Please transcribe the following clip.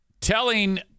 telling